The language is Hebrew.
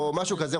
או משהו כזה,